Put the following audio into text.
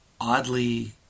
oddly